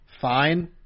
fine